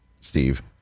Steve